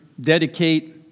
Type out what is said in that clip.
dedicate